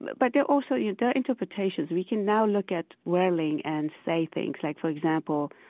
but there are also yeah there are interpretations. we can now look at whirling and say things like, for example,